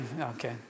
okay